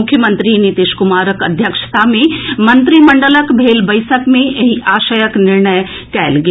मुख्यमंत्री नीतीश कुमारक अध्यक्षता मे मंत्रिमंडलक भेल बैसक मे एहि आशयक निर्णय कयल गेल